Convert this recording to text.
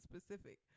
specific